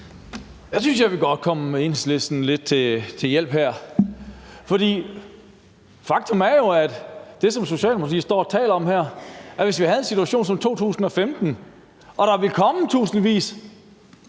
Jeg synes godt, jeg vil komme Enhedslisten lidt til hjælp her, for faktum er jo, at det, som man fra Socialdemokratiet står og taler om her, er, at hvis vi havde en situation som den i 2015 og der ville komme tusindvis